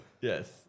Yes